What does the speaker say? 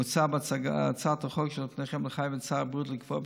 מוצע בהצעת החוק שלפניכם לחייב את שר הבריאות לקבוע,